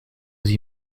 sie